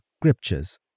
scriptures